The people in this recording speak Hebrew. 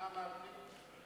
מה אמרתי?